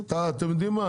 אתם יודעים מה?